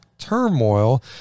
turmoil